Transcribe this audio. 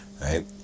right